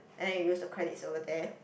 and then you also credit over there